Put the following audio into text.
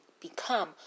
become